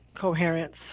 Coherence